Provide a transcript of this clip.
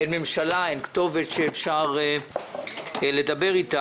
אין ממשלה, אין כתובת שאפשר לדבר איתה.